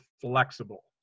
flexible